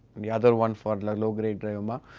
and the other one for the low-grade glioma.